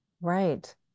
right